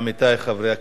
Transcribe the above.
עמיתי חברי הכנסת,